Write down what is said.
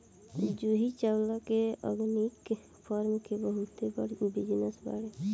जूही चावला के organic farm के बहुते बड़ बिजनस बावे